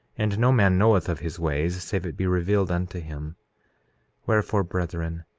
and no man knoweth of his ways save it be revealed unto him wherefore, brethren,